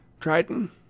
triton